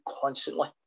constantly